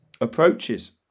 approaches